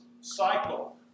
cycle